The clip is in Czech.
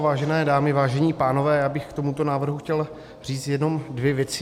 Vážené dámy, vážení pánové, já bych k tomuto návrhu chtěl říci jenom dvě věci.